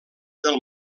del